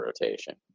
rotation